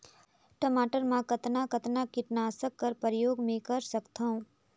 टमाटर म कतना कतना कीटनाशक कर प्रयोग मै कर सकथव?